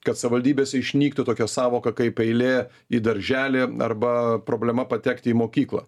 kad savivaldybėse išnyktų tokia sąvoka kaip eilė į darželį arba problema patekti į mokyklą